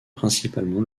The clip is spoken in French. principalement